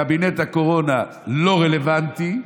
קבינט הקורונה לא רלוונטי,